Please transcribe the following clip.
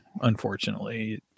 unfortunately